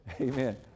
Amen